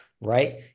right